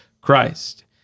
Christ